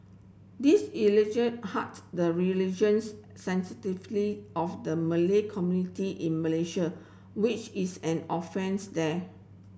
this hut the religions sensitively of the Malay community in Malaysia which is an offence there